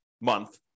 month